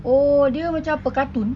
oh dia macam apa cartoon